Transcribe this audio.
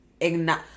ignore